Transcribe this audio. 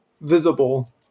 visible